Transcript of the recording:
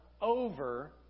over